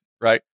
Right